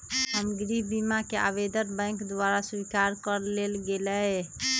हमर गृह बीमा कें आवेदन बैंक द्वारा स्वीकार कऽ लेल गेलय